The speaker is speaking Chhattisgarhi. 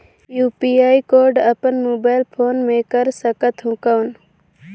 यू.पी.आई कोड अपन मोबाईल फोन मे कर सकहुं कौन?